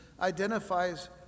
identifies